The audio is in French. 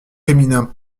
féminins